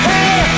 Hey